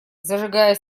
зажигая